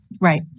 Right